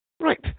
Right